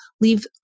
leave